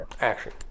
action